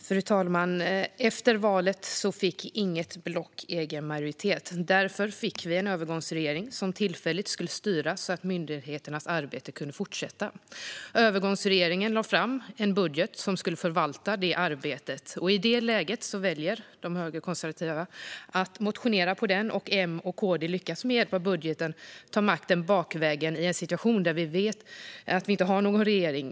Fru talman! Efter valet fick inget block egen majoritet. Därför fick vi en övergångsregering som tillfälligt skulle styra så att myndigheternas arbete kunde fortsätta. Övergångsregeringen lade fram en budget som skulle förvalta det arbetet. I det läget väljer de högerkonservativa att motionera på den, och M och KD lyckas med hjälp av sin budget ta makten bakvägen i en situation där vi inte har någon regering.